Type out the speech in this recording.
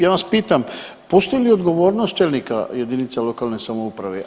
Ja vas pitam postoji li odgovornost čelnika jedinica lokalne samouprave?